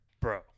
bro